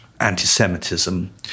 anti-Semitism